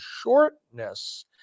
shortness